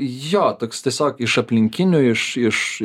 jo toks tiesiog iš aplinkinių iš iš